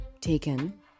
taken